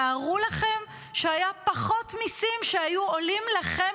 תארו לכם שהיו פחות מיסים שהיו עולים לכם,